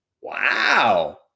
Wow